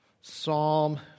Psalm